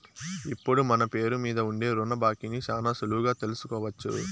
ఇప్పుడు మన పేరు మీద ఉండే రుణ బాకీని శానా సులువుగా తెలుసుకోవచ్చు